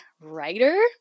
writer